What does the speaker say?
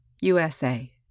USA